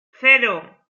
cero